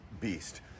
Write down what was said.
beast